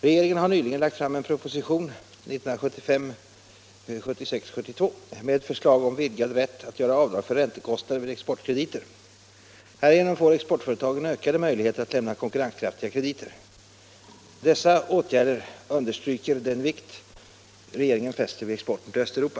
Regeringen har nyligen lagt fram en proposition — 1975/76:72 — med förslag om vidgad rätt att göra avdrag för räntekostnader vid exportkrediter. Härigenom får exportföretagen ökade möjligheter att lämna konkurrenskraftiga krediter. Dessa åtgärder understryker den vikt regeringen fäster vid exporten till Östeuropa.